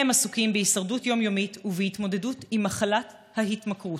הם עסוקים בהישרדות יום-יומית ובהתמודדות עם מחלת ההתמכרות.